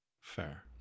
Fair